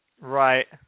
Right